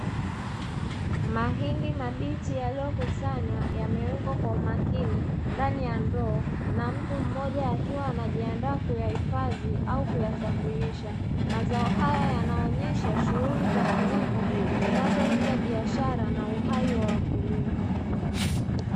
Mahindi mabichi yaliyokusanywa yamewekwa kwa umakini ndani ya ndoo na mtu mmoja akiwa anajiandaa kuyahifadhi au kuyasafirisha. Mazao haya yanaonyesha shughuli za kilimo zinazolenga biashara na uhai wa wakulima.